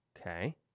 okay